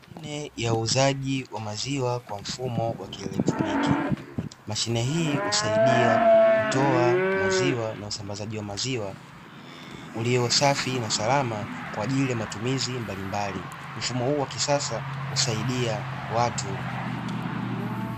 Mashine ya uuzaji wa maziwa kwa mfumo wa kielektroniki. Mashine hii huasidia kutoa maziwa na usambazaji wa maziwa ulio safi na salama kwa ajili ya matumizi mbalimbali. Mfuno huu wa kisasa husaidia watu.